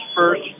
first